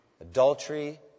Adultery